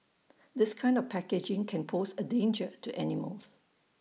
this kind of packaging can pose A danger to animals